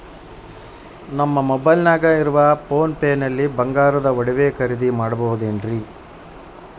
ನಮ್ಮ ಮೊಬೈಲಿನಾಗ ಇರುವ ಪೋನ್ ಪೇ ನಲ್ಲಿ ಬಂಗಾರದ ಒಡವೆ ಖರೇದಿ ಮಾಡಬಹುದೇನ್ರಿ?